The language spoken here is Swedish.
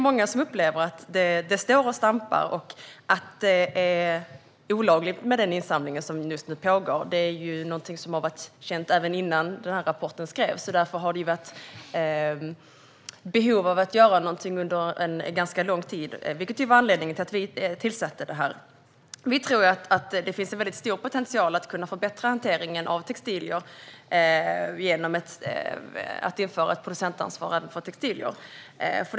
Många upplever dock att det står och stampar. Att den insamling som just nu pågår är olaglig var känt redan innan rapporten skrevs, så det har under ganska lång tid funnits ett behov av att göra något. Det var också anledningen till att vi tillsatte utredningen. Vi tror att det finns stor potential att förbättra hanteringen av textilier genom att införa ett producentansvar även på det området.